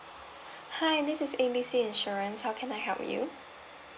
hi this is A B C insurance how can I help you